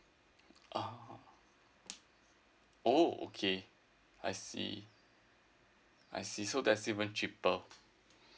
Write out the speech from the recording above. uh oh okay I see I see so that's even cheaper